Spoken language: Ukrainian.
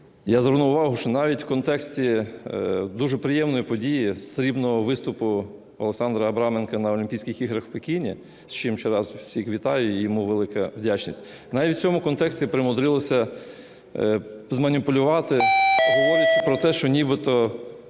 я звернув увагу, що навіть у контексті дуже приємної події – срібного виступу Олександра Абраменка на Олімпійських іграх в Пекіні, з чим ще раз всіх вітаю, і йому велика вдячність, навіть у цьому контексті примудрилися зманіпулювати, говорячи про те, що нібито